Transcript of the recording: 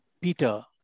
Peter